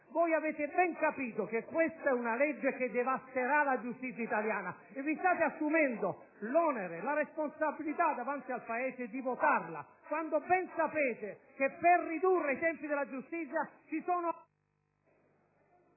avete ben capito che questa è una legge che devasterà la giustizia italiana! Vi state però assumendo l'onere e la responsabilità davanti al Paese di votarla, quando ben sapete che per ridurre i tempi della giustizia ci sono